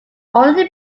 only